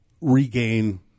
regain